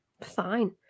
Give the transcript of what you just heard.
Fine